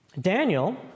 Daniel